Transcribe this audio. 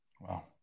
Wow